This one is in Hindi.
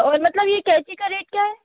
और मतलब ये कैंची का रेट क्या है